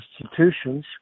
institutions